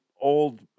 old